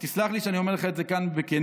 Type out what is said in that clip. ותסלח לי שאני אומר לך את זה כאן בכנות,